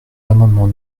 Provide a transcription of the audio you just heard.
l’amendement